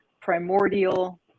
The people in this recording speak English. Primordial